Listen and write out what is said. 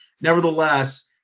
nevertheless